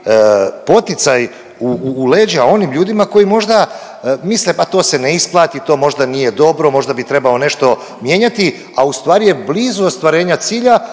poticaj u leđa onim ljudi koji možda misle, ma to se ne isplati, to možda nije dobro, možda bi trebao nešto mijenjati, a ustvari je blizu ostvarenja cilja,